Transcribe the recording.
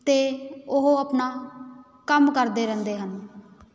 ਅਤੇ ਉਹ ਆਪਣਾ ਕੰਮ ਕਰਦੇ ਰਹਿੰਦੇ ਹਨ